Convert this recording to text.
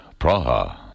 Praha